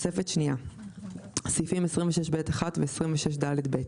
תוספת שנייה (סעיפים 26ב1 ו-26ד(ב))